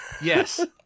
yes